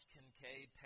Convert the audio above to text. Kincaid